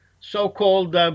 so-called